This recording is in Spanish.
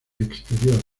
exterior